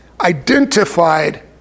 identified